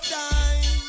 time